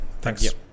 thanks